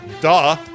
Duh